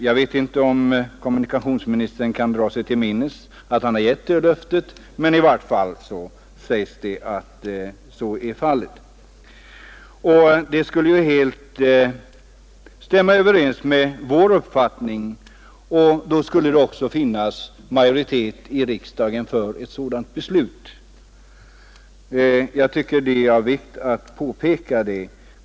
Jag vet inte om kommunikationsministern vill dra sig till minnes att han har gett ett sådant löfte. Det skulle helt stämma överens med vår uppfattning, det finns också majoritet i riksdagen för ett sådant beslut. Jag tycker det är av vikt att påpeka det.